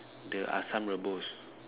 the asam rebus